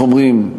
איך אומרים,